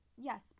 Yes